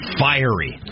fiery